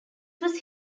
was